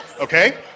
okay